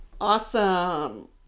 Awesome